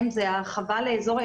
כרגע התו הירוק לא מופעל על כולם.